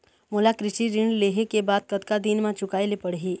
मोला कृषि ऋण लेहे के बाद कतका दिन मा चुकाए ले पड़ही?